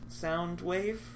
Soundwave